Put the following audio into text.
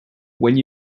when